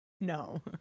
No